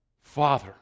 Father